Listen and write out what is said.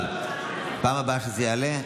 אבל בפעם הבאה שזה יעלה,